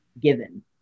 given